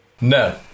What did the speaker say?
No